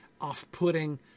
off-putting